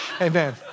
Amen